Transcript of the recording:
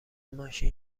ماشین